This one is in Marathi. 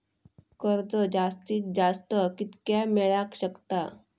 कर्ज जास्तीत जास्त कितक्या मेळाक शकता?